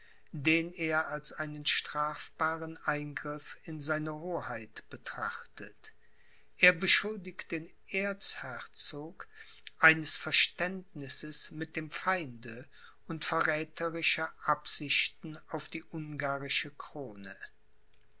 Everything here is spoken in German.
den er als einen strafbaren eingriff in seine hoheit betrachtet er beschuldigt den erzherzog eines verständnisses mit dem feinde und verräterischer absichten auf die ungarische krone